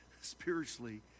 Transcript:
spiritually